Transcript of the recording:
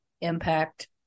Impact